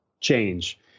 change